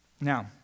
Now